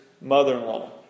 mother-in-law